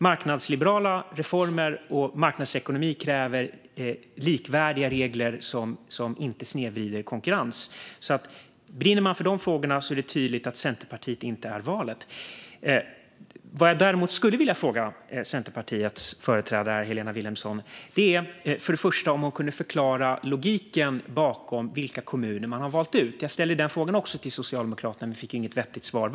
Marknadsliberala reformer och marknadsekonomi kräver nämligen likvärdiga regler som inte snedvrider konkurrens. Brinner man för de frågorna är det tydligt att Centerpartiet inte är valet. Vad jag däremot skulle vilja fråga Centerpartiets företrädare Helena Vilhelmsson är om hon kan förklara logiken bakom vilka kommuner man har valt ut. Jag ställde den frågan även till Socialdemokraterna, men fick inget vettigt svar.